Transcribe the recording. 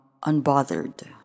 unbothered